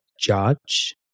judge